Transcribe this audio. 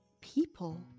people